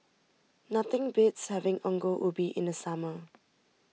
nothing beats having Ongol Ubi in the summer